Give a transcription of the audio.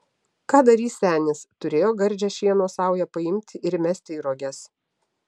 ką darys senis turėjo gardžią šieno saują paimti ir įmesti į roges